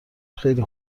خیلی